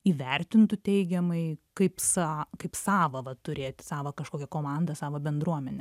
įvertintu teigiamai kaip sa kaip savą va turėt savą kažkokią komandą savą bendruomenę